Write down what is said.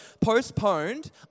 postponed